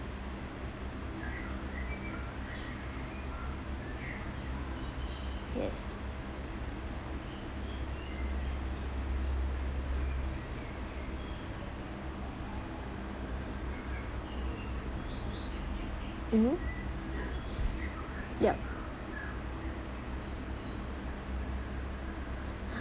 yes mmhmm yup